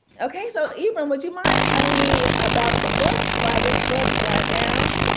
okay, so, ibram, would you mind telling me about the book, why this book, why now?